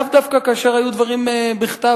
לאו דווקא כאשר היו דברים בכתב,